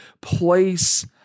place